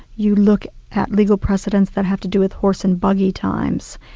you look at legal precedents that have to do with horse and buggy times.